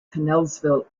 connellsville